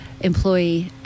employee